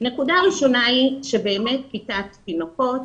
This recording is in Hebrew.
נקודה ראשונה היא שכיתת תינוקות